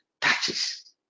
touches